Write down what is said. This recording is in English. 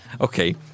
okay